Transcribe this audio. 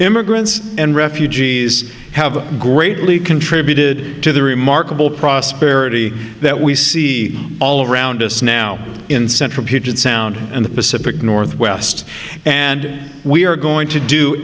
immigrants and refugees have greatly contributed to the remarkable prosperity that we see all around us now in central puget sound and the pacific northwest and we are going to do